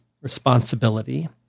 responsibility